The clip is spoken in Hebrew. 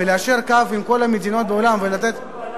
וליישר קו עם כל המדינות בעולם, ולתת, עד